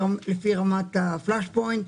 רמת Flash Point,